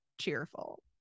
cheerful